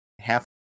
half